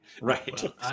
Right